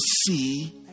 see